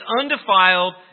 undefiled